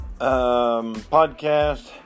podcast